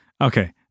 Okay